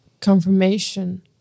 confirmation